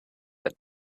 that